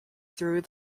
through